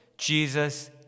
Jesus